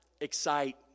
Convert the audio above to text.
excite